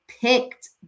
picked